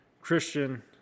Christian